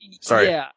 Sorry